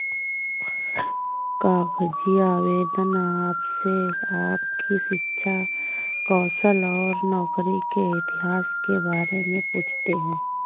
कागजी आवेदन आपसे आपकी शिक्षा, कौशल और नौकरी के इतिहास के बारे में पूछते है